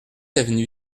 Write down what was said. avenue